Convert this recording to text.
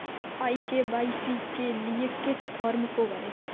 ई KYC के लिए किस फ्रॉम को भरें?